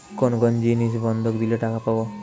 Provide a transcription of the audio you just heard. কোন কোন জিনিস বন্ধক দিলে টাকা পাব?